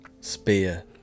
Spear